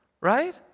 right